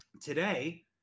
today